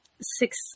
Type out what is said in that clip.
six